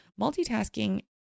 multitasking